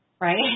right